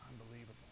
unbelievable